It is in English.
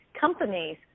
companies